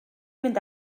fynd